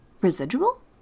Residual